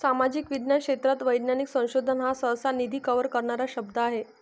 सामाजिक विज्ञान क्षेत्रात वैज्ञानिक संशोधन हा सहसा, निधी कव्हर करणारा शब्द आहे